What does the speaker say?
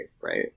right